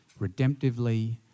redemptively